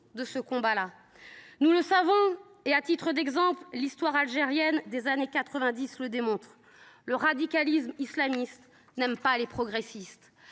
de ce combat là. Nous le savons, et l’histoire algérienne des années 1990 le démontre : le radicalisme islamiste n’aime pas les progressistes.